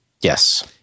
Yes